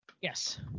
Yes